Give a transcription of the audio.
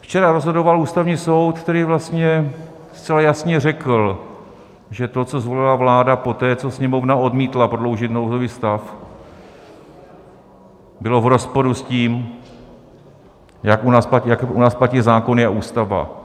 Včera rozhodoval Ústavní soud, který vlastně zcela jasně řekl, že to, co zvolila vláda poté, co Sněmovna odmítla prodloužit nouzový stav, bylo v rozporu s tím, jaké u nás platí zákony a ústava.